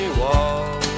wall